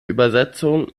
übersetzung